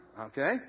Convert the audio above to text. Okay